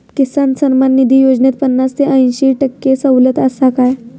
किसान सन्मान निधी योजनेत पन्नास ते अंयशी टक्के सवलत आसा काय?